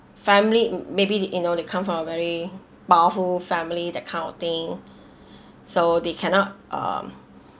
family maybe the you know they come from a very powerful family that kind of thing so they cannot um